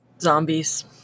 Zombies